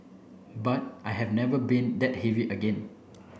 but I have never been that heavy again